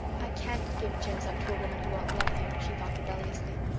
i can't give jims up to a woman who won't love him, she thought rebelliously.